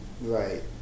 Right